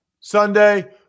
Sunday